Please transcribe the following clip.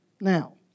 Now